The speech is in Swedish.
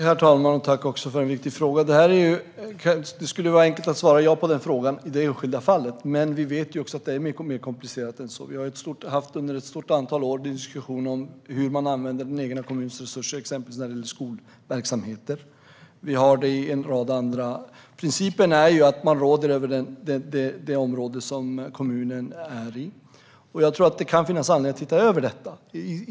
Herr talman! Tack för en viktig fråga! Det skulle vara enkelt att svara ja på den frågan i det enskilda fallet. Men vi vet att det är mer komplicerat än så. Vi har under ett stort antal år haft en diskussion om hur man använder den egna kommunens resurser, exempelvis när det gäller skolverksamheter. Principen är att man råder över det område som är kommunens. Jag tror att det kan finnas anledning att titta över detta.